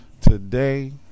Today